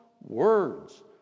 words